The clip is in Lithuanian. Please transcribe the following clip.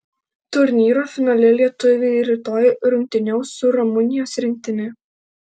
turnyro finale lietuviai rytoj rungtyniaus su rumunijos rinktine